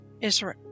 Israel